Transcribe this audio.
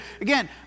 Again